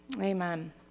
Amen